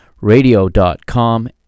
radio.com